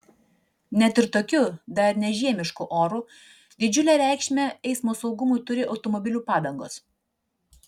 net ir tokiu dar ne žiemišku oru didžiulę reikšmę eismo saugumui turi automobilių padangos